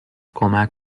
کمک